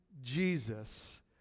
Jesus